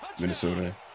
Minnesota